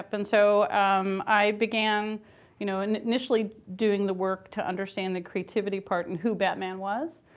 and so um i began you know and initially doing the work to understand the creativity part and who batman was.